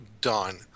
Done